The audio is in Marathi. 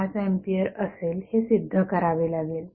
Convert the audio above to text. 5 एंपियर असेल हे सिद्ध करावे लागेल